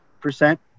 percent